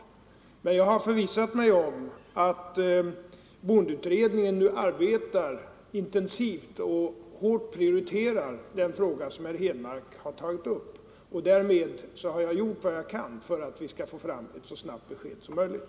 Jag har emellertid förvissat mig om att boendeutredningen nu arbetar intensivt och hårt prioriterar den fråga som herr Henmark har tagit upp, och därmed har jag gjort vad jag kan för att vi skall få fram ett så snabbt besked som möjligt.